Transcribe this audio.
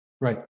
Right